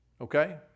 okay